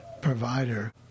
Provider